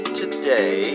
today